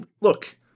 Look